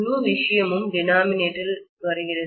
முழு விஷயமும் டினாமினேட்டர் இல் வருகிறது